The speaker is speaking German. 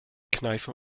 kneifen